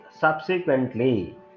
subsequently